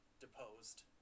deposed